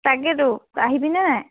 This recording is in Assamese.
তাকেতো আহিবি নে নাই